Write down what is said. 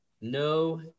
No